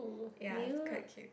ya it's quite cute